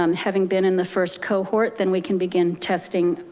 um having been in the first cohort, then we can begin testing,